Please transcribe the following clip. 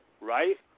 right